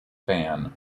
fan